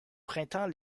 printemps